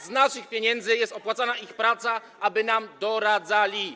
Z naszych pieniędzy jest opłacana ich praca, aby nam doradzali.